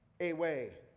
away